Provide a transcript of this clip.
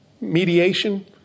mediation